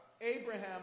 Abraham